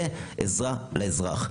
זה עזרה לאזרח.